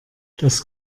das